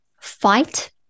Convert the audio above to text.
fight